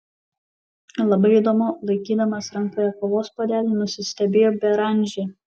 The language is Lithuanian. labai įdomu laikydamas rankoje kavos puodelį nusistebėjo beranžė